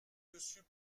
dessus